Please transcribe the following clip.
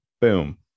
Boom